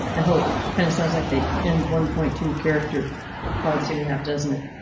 and hope. kind of sounds like they ends one point two character policy we have, doesn't it?